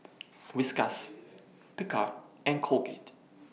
Whiskas Picard and Colgate